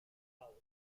mawrth